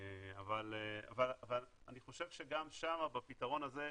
אבל אני חושב שגם שם בפתרון הזה,